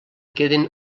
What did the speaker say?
queden